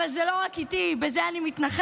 אבל זה לא רק איתי, בזה אני מתנחמת.